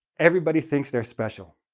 everybody thinks they're special,